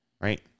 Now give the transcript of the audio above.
Right